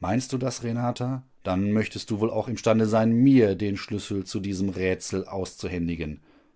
meinst du das renata dann möchtest du wohl auch imstande sein mir den schlüssel zu diesem rätsel